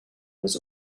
was